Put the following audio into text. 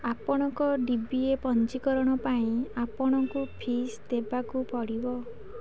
ଆପଣଙ୍କ D B A ପଞ୍ଜୀକରଣ ପାଇଁ ଆପଣଙ୍କୁ ଫିସ୍ ଦେବାକୁ ପଡ଼ିବ